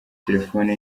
terefone